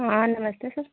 हाँ नमस्ते सर